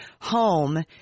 Home